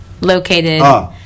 located